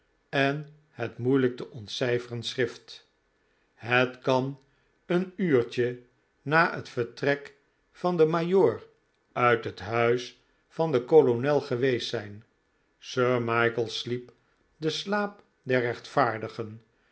en het moeilijk te ontcijferen schrift het kan een uurtje na het vertrek van den majoor uit het huis van den kolonel geweest zijn sir michael sliep den slaap des rechtvaardigen